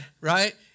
right